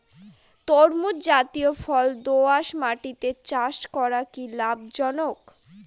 তরমুজ জাতিয় ফল দোঁয়াশ মাটিতে চাষ করা কি লাভজনক?